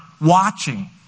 watching